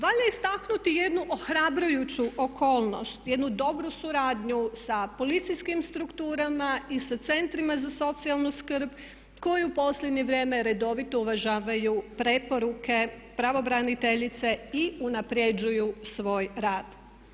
Valja istaknuti jedno ohrabrujuću okolnost, jednu dobru suradnju sa policijskim strukturama i sa centrima za socijalnu skrb koji u posljednje vrijeme redovito uvažavaju preporuke pravobraniteljice i unaprjeđuju svoj rad.